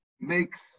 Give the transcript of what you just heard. makes